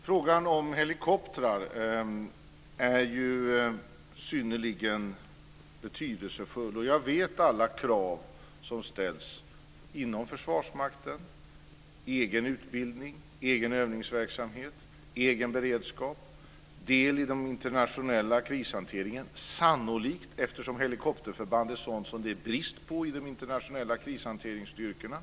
Fru talman! Frågan om helikoptrar är synnerligen betydelsefull. Jag vet alla krav som ställs inom Försvarsmakten: egen utbildning, egen övningsverksamhet, egen beredskap och sannolikt del i den internationella krishanteringen, eftersom helikopterförband är sådant som det är brist på i de internationella krishanteringsstyrkorna.